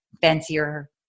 fancier